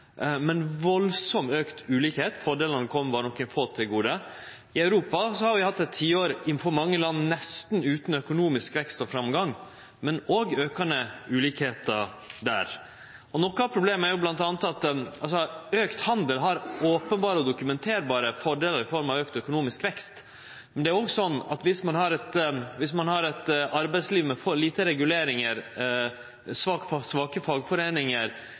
men ein enorme auke i ulikskap. Fordelane kjem berre nokre få til gode. I mange land i Europa har vi hatt eit tiår nesten utan økonomisk vekst og framgang, men òg der ein auke i ulikskap. Auka handel har openberre og dokumenterbare fordelar i form av auka økonomisk vekst. Men det er òg sånn at viss ein har eit arbeidsliv med for lite regulering, svake fagforeiningar og eit